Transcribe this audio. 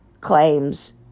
claims